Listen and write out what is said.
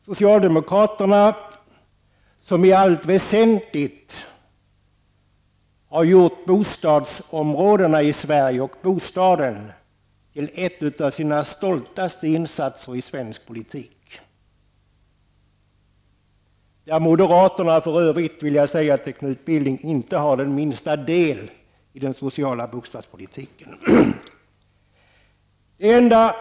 Socialdemokraterna har i allt väsentligt gjort bostadsområdena i Sverige och bostaden till en av de insatser det finns mest anledning att vara stolt över i svensk politik. Jag vill för övrigt till Knut Billing säga att moderaterna inte har den minsta del i den sociala bostadspolitiken.